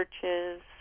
churches